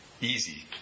easy